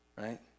right